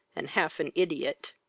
and half an ideot.